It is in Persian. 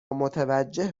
متوجه